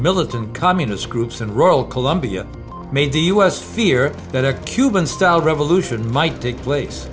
militant communist groups and rural colombia made the us fear that a cuban style revolution might take place